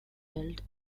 built